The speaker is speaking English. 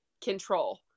control